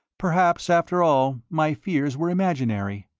perhaps, after all, my fears were imaginary.